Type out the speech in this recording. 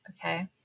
Okay